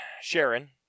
Sharon